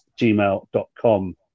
gmail.com